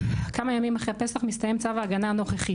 כמה ימים אחרי פסח מסתיים צו ההגנה הנוכחי